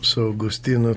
su augustinu